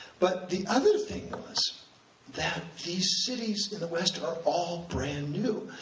but the other thing was that these cities in the west are all brand new.